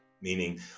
Meaning